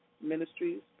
Ministries